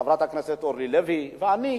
חברת הכנסת אורלי לוי ואני,